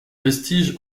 vestige